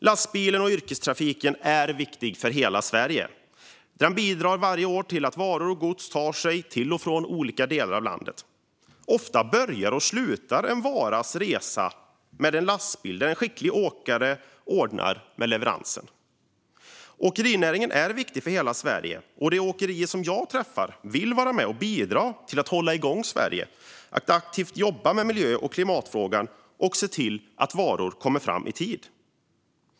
Lastbilen och yrkestrafiken är viktiga för hela Sverige. Yrkestrafiken bidrar varje år till att varor och gods tar sig till och från olika delar av landet. Ofta börjar och slutar en varas resa med en lastbil, och en skicklig åkare ordnar med leveransen. Åkerinäringen är viktig för hela Sverige, och de åkerier jag träffar vill vara med och bidra till att hålla igång Sverige, aktivt jobba med miljö och klimatfrågan och se till att varor kommer fram i tid.